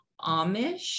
Amish